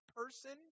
person